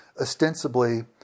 ostensibly